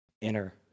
inner